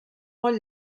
molt